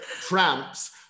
tramps